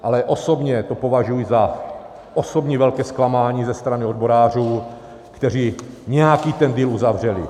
Ale osobně to považuji za osobní velké zklamání ze strany odborářů, kteří nějaký ten deal uzavřeli.